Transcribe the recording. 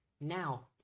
Now